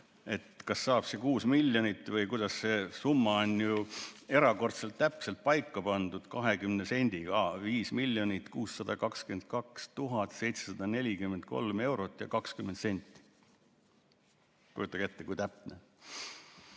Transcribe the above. kas saab see 6 miljonit või kuidas. See summa on ju erakordselt täpselt paika pandud 20 sendiga: 5 miljonit 622 743 eurot ja 20 senti. Kujutage ette, kui täpne!